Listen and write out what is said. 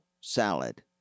salad